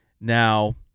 Now